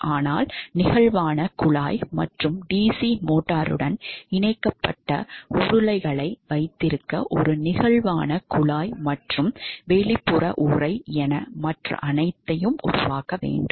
ஆனால் நெகிழ்வான குழாய் மற்றும் DC மோட்டருடன் இணைக்கப்பட்ட உருளைகளை வைத்திருக்க ஒரு நெகிழ்வான குழாய் மற்றும் வெளிப்புற உறை என மற்ற அனைத்தையும் உருவாக்க வேண்டும்